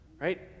right